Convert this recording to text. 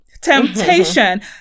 temptation